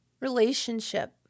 relationship